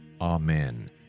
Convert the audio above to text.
Amen